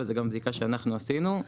וזה גם מבדיקה שאנחנו עשינו,